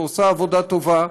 ועושה עבודה טובה,